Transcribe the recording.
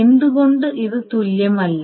എന്തുകൊണ്ട് ഇത് തുല്യമല്ല